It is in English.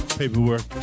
paperwork